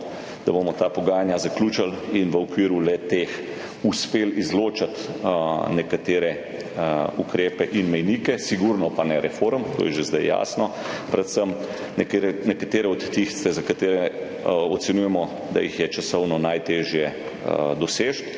da bomo ta pogajanja zaključili in v okviru le-teh uspeli izločiti nekatere ukrepe in mejnike. Sigurno pa ne reform, to je že zdaj jasno, predvsem tistih, za katere ocenjujemo, da jih je časovno najtežje doseči.